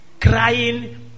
crying